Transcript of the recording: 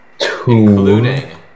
Including